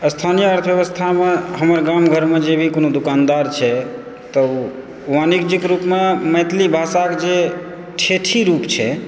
स्थानीय अर्थव्यवस्थामे हमर गाम घरमे जे कोनो दूकानदार छै तऽ ओ वाणिज्यिक रूपमे मैथिली भाषाक जे ठेठही रूप छै